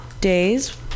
days